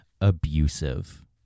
abusive